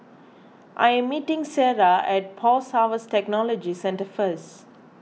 I am meeting Sierra at Post Harvest Technology Centre first